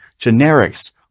generics